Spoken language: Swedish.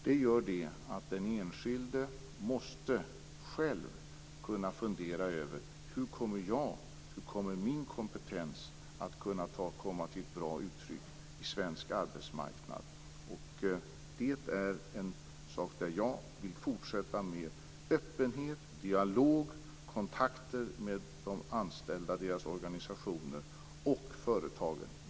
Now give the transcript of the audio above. Det gör att den enskilde själv måste fundera över hur hans kompetens skall kunna komma till bra uttryck på svensk arbetsmarknad. Jag vill fortsätta med öppenhet, dialog och kontakter med de anställda och deras organisationer och företagen.